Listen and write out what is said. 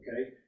okay